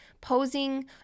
posing